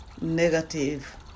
negative